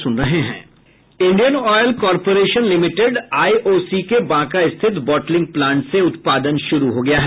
Indian oil corporation limited IOC के बांका स्थित bottling plant से उत्पादन शुरू हो गया है